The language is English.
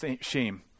shame